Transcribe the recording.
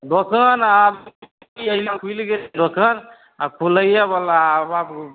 दोकान आब ई अएहिलए खुलि गेल छै दोकान आ खुलैयेबला आब आबऽ